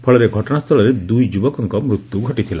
ଫଳରେ ଘଟଣା ସ୍ଥୁଳରେ ଦୁଇ ଯୁବକଙ୍କ ମୃତ୍ୟୁ ଘଟିଥିଲେ